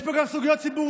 יש פה גם סוגיות ציבורית,